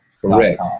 Correct